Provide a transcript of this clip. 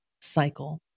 cycle